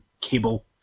Cable